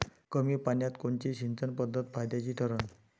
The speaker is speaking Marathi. कमी पान्यात कोनची सिंचन पद्धत फायद्याची ठरन?